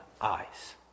eyes